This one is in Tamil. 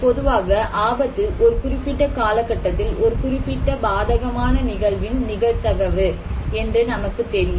பொதுவாக ஆபத்து ஒரு குறிப்பிட்ட காலகட்டத்தில் ஒரு குறிப்பிட்ட பாதகமான நிகழ்வின் நிகழ்தகவு என்று நமக்கு தெரியும்